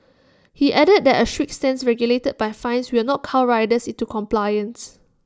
he added that A strict stance regulated by fines will not cow riders into compliance